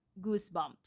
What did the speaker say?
goosebumps